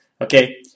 okay